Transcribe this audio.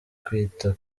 kwita